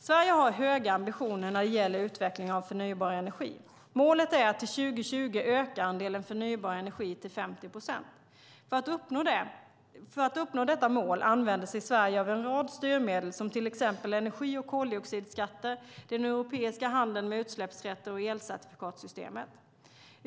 Sverige har höga ambitioner när det gäller utveckling av förnybar energi. Målet är att till 2020 öka andelen förnybar energi till 50 procent. För att uppnå detta mål använder sig Sverige av en rad styrmedel som till exempel energi och koldioxidskatter, den europeiska handeln med utsläppsrätter och elcertifikatssystemet.